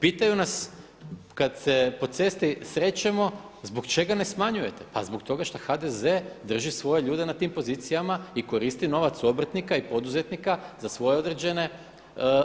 Pitanju nas kada se po cesti srećemo zbog čega ne smanjujete, pa zbog toga šta HDZ drži svoje ljude na tim pozicijama i koristi novac obrtnika i poduzetnika za svoje određena